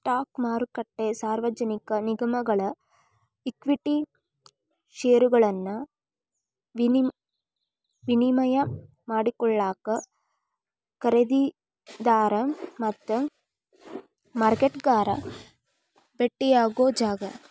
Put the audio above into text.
stock ಮಾರುಕಟ್ಟೆ ಸಾರ್ವಜನಿಕ ನಿಗಮಗಳ ಈಕ್ವಿಟಿ ಷೇರುಗಳನ್ನ ವಿನಿಮಯ ಮಾಡಿಕೊಳ್ಳಾಕ ಖರೇದಿದಾರ ಮತ್ತ ಮಾರಾಟಗಾರ ಭೆಟ್ಟಿಯಾಗೊ ಜಾಗ